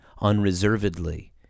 unreservedly